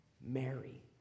Mary